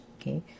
okay